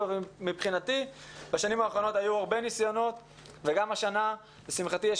מבחינתי בשנים האחרונות היו הרבה ניסיונות וגם השנה לשמחתי יש